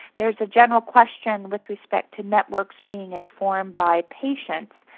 there is a general question with respect to networks being informed by patients.